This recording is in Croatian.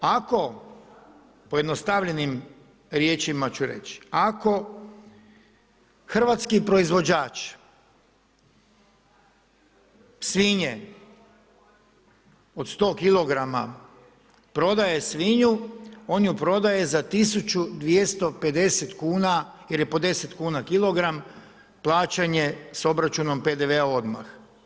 Ako pojednostavljenim riječima ću reći, ako hrvatski proizvođač svinje od 100 kg prodaje svinju, on ju prodaje za 1250 kn jer je po 10 kn kilogram, plaćanje s obračunom PDV-a odmah.